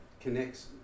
connects